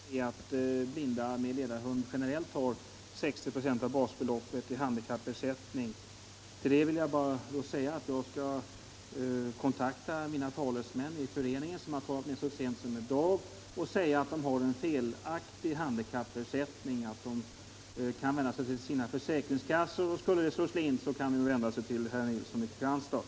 Herr talman! Herr Nilsson i Kristianstad framhärdar att blinda med ledarhund generellt har 60 4 av basbeloppet i handikappersättning. Jag skall på nytt kontakta mina talesmän i föreningen, som jag talade med så sent som i dag, och tala om för dem att de har en felaktig handikappersättning och därför kan vända sig till försäkringskassan. Skulle det slå slint så kan de vända sig till herr Nilsson i Kristianstad.